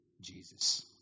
Jesus